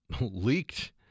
leaked